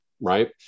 right